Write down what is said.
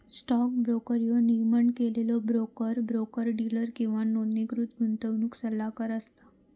stock broker ह्यो नियमन केलेलो ब्रोकर, ब्रोकर डीलर किंवा नोंदणीकृत गुंतवणूक सल्लागार असता